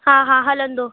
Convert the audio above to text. हा हा हलंदो